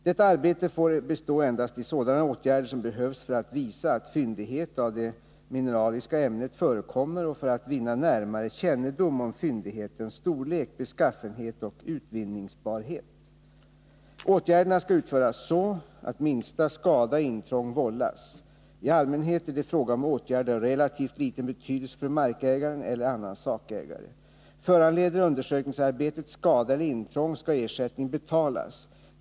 Detta arbete får bestå endast i sådana åtgärder som behövs för att visa att fyndighet av det mineraliska ämnet förekommer och för att vinna närmare kännedom om fyndighetens storlek, beskaffenhet och utvinningsbarhet. Åtgärderna skall utföras så, att minsta skada och intrång vållas. I allmänhet är det fråga om åtgärder av relativt liten betydelse för markägaren eller annan sakägare. Föranleder undersökningsarbetet skada eller intrång, skall ersättning betalas.